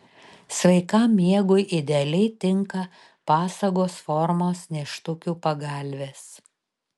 sveikam miegui idealiai tinka pasagos formos nėštukių pagalvės